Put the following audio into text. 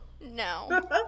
No